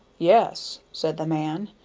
yes, said the man,